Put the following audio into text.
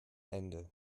ende